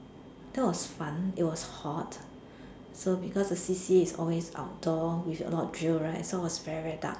that was fun it was hot so because the C_C_A was always outdoor with a lot of drill right so it was very very dark